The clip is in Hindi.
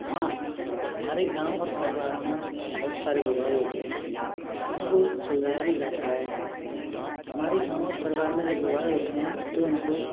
हाँ हमारे गाँव और परिवारों में बहुत सारे विवाद होते हैं उनको सुलझाया भी जाता है हमारे गाँव और परिवार में जब विवाद होते हैं तो उनको